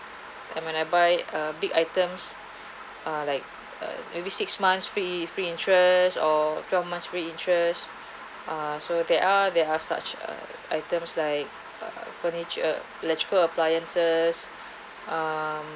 and when I buy uh big items uh like e~ every six months free free interest or twelve month free interest ah so there are there are such uh items like uh furniture electrical appliances um